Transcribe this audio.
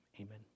Amen